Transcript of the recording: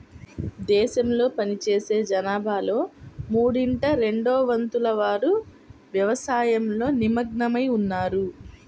దేశంలో పనిచేసే జనాభాలో మూడింట రెండొంతుల వారు వ్యవసాయంలో నిమగ్నమై ఉన్నారు